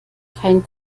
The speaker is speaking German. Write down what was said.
kein